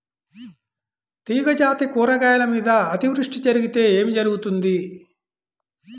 తీగజాతి కూరగాయల మీద అతివృష్టి జరిగితే ఏమి జరుగుతుంది?